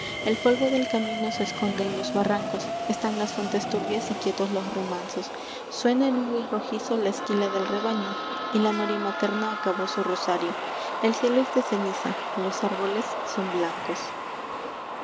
el polvo del camino se esconde en los barrancos están las fuentes turbias y quietos los remansos suena en un gris rojizo la esquila del rebaño y la noria materna acabó su rosario el cielo es de ceniza los árboles son blancos